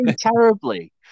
terribly